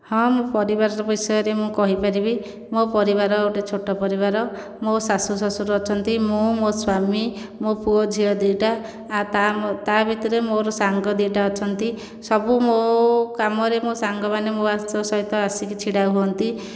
ହଁ ମୁଁ ପରିବାର ବିଷୟରେ ମୁଁ କହିପାରିବି ମୋ ପରିବାର ଗୋଟିଏ ଛୋଟ ପରିବାର ମୋ ଶାଶୁ ଶଶୁର ଅଛନ୍ତି ମୁଁ ମୋ ସ୍ଵାମୀ ମୋ ପୁଅ ଝିଅ ଦୁଇଟା ଆ ତା ତା ଭିତରେ ମୋର ସାଙ୍ଗ ଦୁଇଟା ଅଛନ୍ତି ସବୁ ମୋ କାମରେ ମୋ ସାଙ୍ଗମାନେ ମୋ ସହିତ ଆସିକି ଛିଡ଼ା ହୁଅନ୍ତି